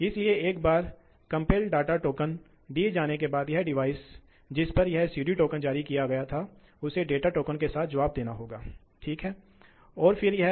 इसलिए हम पंपों के रिसाव के लिए आगे बढ़ते हैं